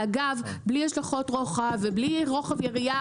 שאגב בלי דוחות רוחב ובלי רוחב יריעה,